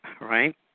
right